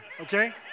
okay